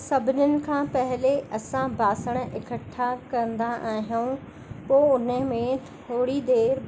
सभिनिन खां पेले असां बासण इकट्ठा कंदा आहियूं पोइ उनमें थोरी देरि